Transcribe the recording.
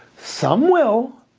some will,